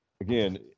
again